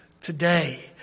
Today